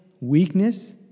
weakness